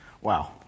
Wow